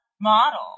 model